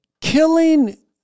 Killing